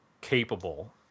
capable